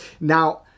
Now